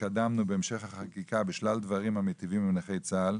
התקדמנו בהמשך החקיקה בשלל דברים המיטיבים עם נכי צה"ל,